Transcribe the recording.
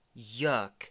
Yuck